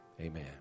Amen